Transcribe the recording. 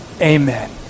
amen